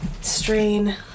strain